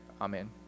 Amen